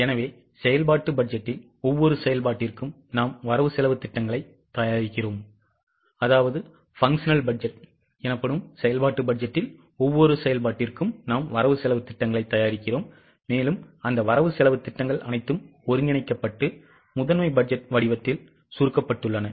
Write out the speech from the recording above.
எனவே செயல்பாட்டு பட்ஜெட்டில் ஒவ்வொரு செயல்பாட்டிற்கும் நாம் வரவு செலவுத் திட்டங்களைத் தயாரிக்கிறோம் மேலும் அந்த வரவு செலவுத் திட்டங்கள் அனைத்தும் ஒருங்கிணைக்கப்பட்டு முதன்மை பட்ஜெட் வடிவத்தில் சுருக்கப்பட்டுள்ளன